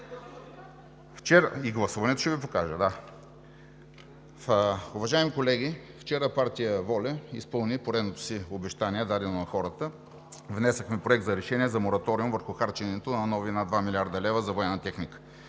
И гласуването ще Ви покажа, да. Уважаеми колеги, вчера партия ВОЛЯ изпълни поредното си обещание, дадено на хората. Внесохме Проект за решение за мораториум върху харченето на нови над 2 млрд. лв. за военна техника.